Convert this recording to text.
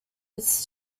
its